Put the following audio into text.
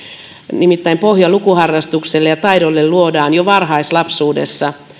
nimittäin pohja lukuharrastukselle ja taidolle luodaan jo varhaislapsuudessa